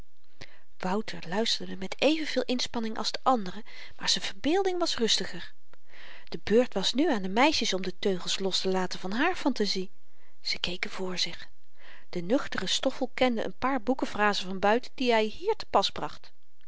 wouter luisterde met evenveel inspanning als de anderen maar z'n verbeelding was rustiger de beurt was nu aan de meisjes om de teugels lostelaten van hààr fantazie ze keken voor zich de nuchtere stoffel kende n paar boekenfrazen van buiten die hy hier te pas bracht